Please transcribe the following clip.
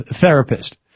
therapist